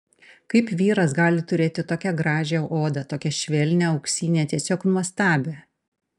kaip vyras gali turėti tokią gražią odą tokią švelnią auksinę tiesiog nuostabią